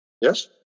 Yes